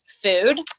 food